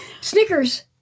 Snickers